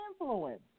influence